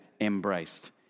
embraced